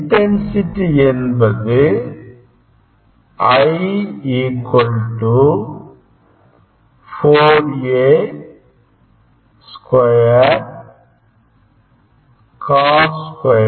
intensity என்பது I 4 A square Cos square∅